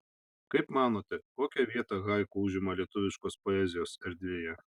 kaip manote kokią vietą haiku užima lietuviškos poezijos erdvėje